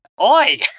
Oi